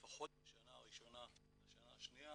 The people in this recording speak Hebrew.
לפחות בשנה הראשונה והשנה השנייה,